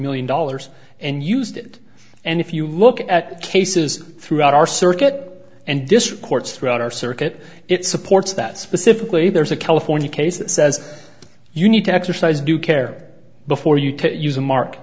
million dollars and used it and if you look at cases throughout our circuit and discourse throughout our circuit it supports that specifically there is a california case that says you need to exercise due care before you to use a mark